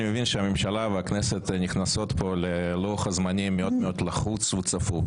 אני מבין שהממשלה והכנסת נכנסות פה ללוח זמנים מאוד מאוד לחוץ וצפוף,